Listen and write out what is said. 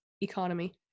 economy